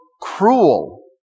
cruel